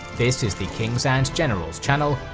this is the kings and generals channel,